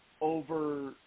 over –